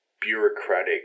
bureaucratic